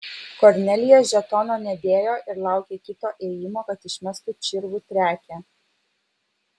kornelija žetono nedėjo ir laukė kito ėjimo kad išmestų čirvų triakę